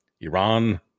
Iran